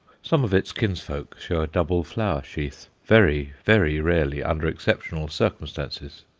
some of its kinsfolk show a double flower-sheath very, very rarely, under exceptional circumstances.